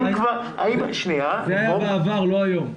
זה היה בעבר, לא היום.